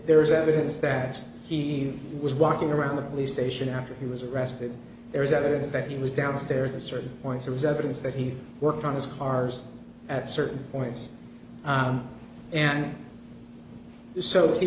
there is evidence that he was walking around the police station after he was arrested there is evidence that he was downstairs at certain points or is evidence that he worked on his cars at certain points and so he